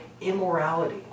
immorality